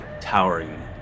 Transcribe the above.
towering